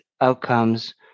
outcomes